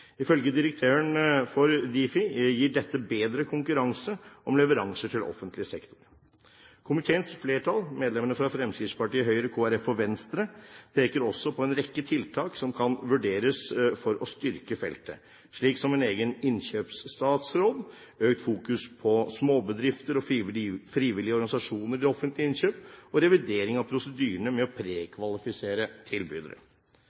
Ifølge direktøren for Difi gir dette bedre konkurranse om leveranser til offentlig sektor. Komiteens flertall, medlemmene fra Fremskrittspartiet, Høyre, Kristelig Folkeparti og Venstre, peker også på en rekke tiltak som kan vurderes for å styrke feltet, slik som en egen «innkjøpsstatsråd», økt fokus på småbedrifter og frivillige organisasjoner i offentlige innkjøp, og revidering av prosedyren med å prekvalifisere tilbydere.